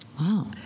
Wow